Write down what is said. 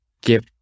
give